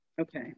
okay